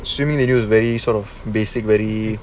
assuming that he was very sort of basic very